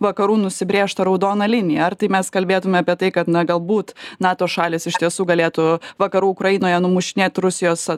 vakarų nusibrėžtą raudoną liniją ar tai mes kalbėtumėme apie tai kad na galbūt nato šalys iš tiesų galėtų vakarų ukrainoje numušinėt rusijos